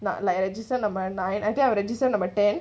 not like register number nine I get register number ten